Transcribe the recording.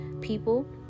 people